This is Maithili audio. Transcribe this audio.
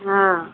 हँ